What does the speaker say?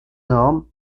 normes